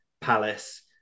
Palace